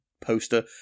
poster